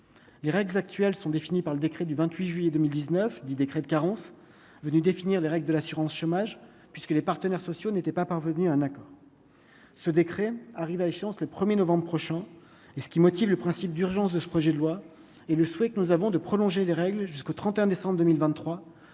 les règles actuelles sont définies par le décret du 28 juillet 2019 10 décret de carence venu définir les règles de l'assurance chômage, puisque les partenaires sociaux n'étaient pas parvenus à un accord, ce décret arrive à échéance le 1er novembre prochain et ce qui motive le principe d'urgence de ce projet de loi et le souhait que nous avons de prolonger les règles jusqu'au 31 décembre 2023